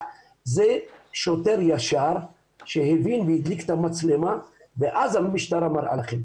זה שוטר ישר שהבין והדליק את המצלמה ואז המשטרה מראה לכם.